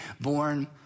born